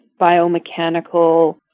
biomechanical